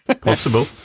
Possible